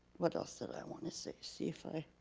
what else did i wanna say? see if i